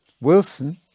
Wilson